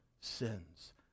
sins